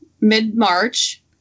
mid-March